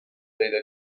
پیدا